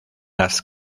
las